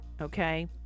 okay